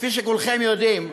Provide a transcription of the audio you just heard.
כפי שכולכם יודעים,